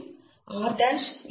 అన్నింటి మధ్య దూరం కూడా ఒకటే